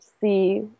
see